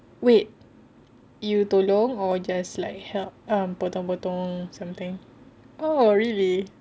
wait you tolong or just like help um potong-potong something oh really